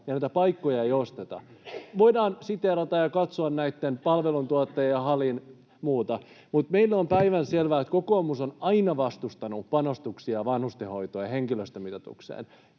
ja niitä paikkoja ei osteta. Voidaan siteerata ja katsoa näitä palveluntuottajia ja HALIa ja muita. [Mia Laiho: Voidaan katsoo myöhemmin!] Meille on päivänselvää, että kokoomus on aina vastustanut panostuksia vanhustenhoitoon ja henkilöstömitoitukseen,